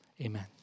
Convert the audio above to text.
amen